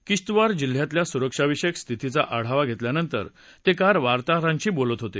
किश्तवार जिल्ह्यातल्या सुरक्षाविषयक स्थितीचा आढावा घेतल्यानंतर ते काल वार्ताहरांशी बोलत होते